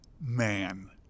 man